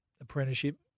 apprenticeship